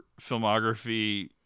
filmography